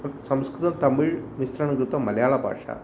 संस्कृत तमिळ् मिश्रणं कृत्वा मलयालभाषा